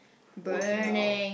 working out